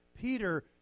Peter